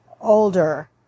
older